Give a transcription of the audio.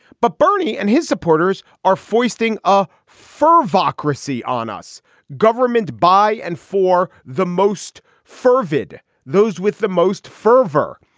but bernie and his supporters are foisting a fur voc recy on us government by and for the most fervid those with the most fervor.